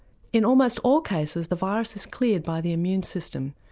in almost all cases the virus is cleared by the immune system.